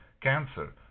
cancer